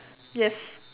yes